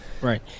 right